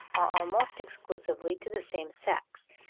or almost exclusively, to the same sex.